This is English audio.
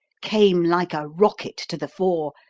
came like a rocket to the fore,